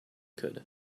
could